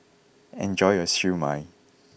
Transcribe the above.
enjoy your Siew Mai